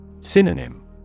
Synonym